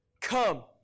come